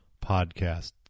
Podcast